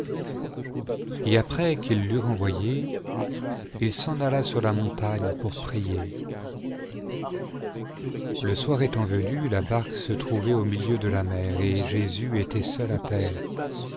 et après qu'il l'eut renvoyé il s'en alla sur la montagne pour prier le soir étant venu la barque se trouvait au milieu de la mer et jésus était seul à terre